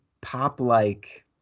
pop-like